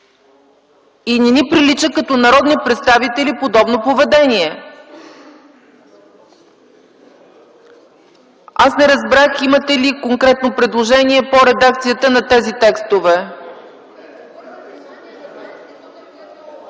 Тя е тук и като народни представители подобно поведение не ни прилича. Аз не разбрах имате ли конкретно предложение по редакцията на тези текстове?